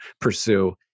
pursue